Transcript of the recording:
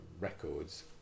records